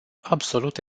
absolut